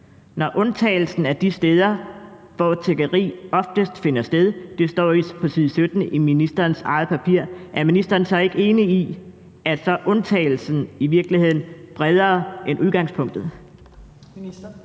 Når undtagelsen er de steder, hvor tiggeri oftest finder sted – det står på side 17 i ministerens eget papir – er ministeren så ikke enig i, at så er undtagelsen i virkeligheden bredere end udgangspunktet?